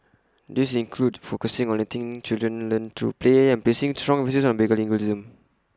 these include focusing on letting children learn through play and placing strong emphasis on bilingualism